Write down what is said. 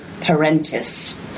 parentis